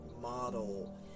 model